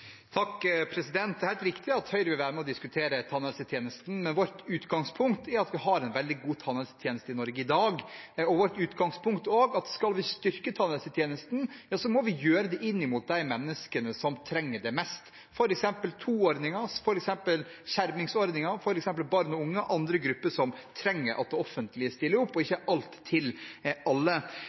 Det er helt riktig at Høyre vil være med på å diskutere tannhelsetjenesten, men vårt utgangspunkt er at vi har en veldig god tannhelsetjeneste i Norge i dag. Vårt utgangspunkt er også at skal vi styrke tannhelsetjenesten, må vi gjøre det for de menneskene som trenger det mest, f.eks. TOO-ordningen, skjermingsordningen, barn og unge og andre grupper som trenger at det offentlige stiller opp – ikke alt til alle.